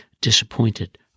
disappointed